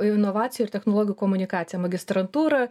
inovacijų ir technologijų komunikacija magistrantūra